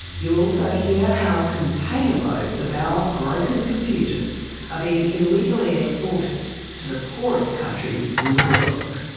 you'll also hear how container-loads of our broken computers are being illegally exported to the poorest countries in the world.